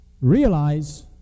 realize